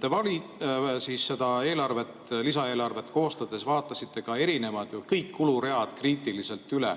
te seda lisaeelarvet koostades vaatasite kõik kuluread kriitiliselt üle